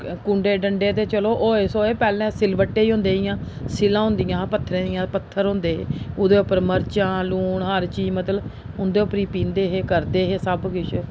कुंडे डंडे ते चलो होऐ सौ होऐ पैह्लें सिलबट्टे ई होंदे इ'यां सिलां होंदियां हियां पत्थरें दियां पत्थर होंदे हे ओह्दे उप्पर मरचां लून हर चीज मतलब उं'दे उप्पर ही पींह्दे हे करदे हे सब कुछ